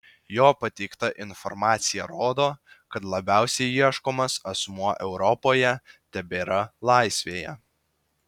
jo pateikta informacija rodo kad labiausiai ieškomas asmuo europoje tebėra laisvėje